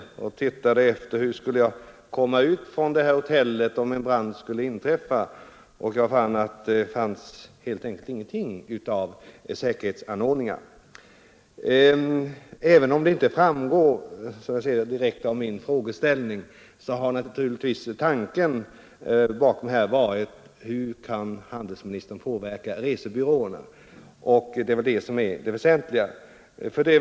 När jag tittade efter hur jag kunde komma ut från hotellet om en brand skulle uppstå, fann jag att det helt enkelt inte förekom några säkerhetsanordningar. Även om det inte direkt framgår av min fråga har naturligtvis tanken bakom den varit att utröna hur handelsministern kan påverka resebyråerna — det är det som är det väsentliga.